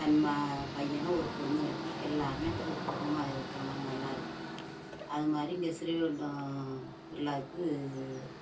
பையனும் ஒரு பொண்ணும் இருக்குது எல்லோருமே கூட்டு குடும்பமாக இருக்கோம் நாங்கள் நல்லாருக்கோம் அது மாதிரி இங்க ஸ்ரீவைகுண்டம் திருவிழாவுக்கு